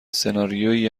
سناریویی